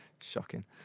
shocking